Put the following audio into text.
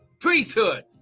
priesthood